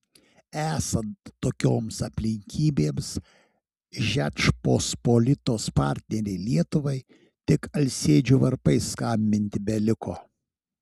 esant tokioms aplinkybėms žečpospolitos partnerei lietuvai tik alsėdžių varpais skambinti beliko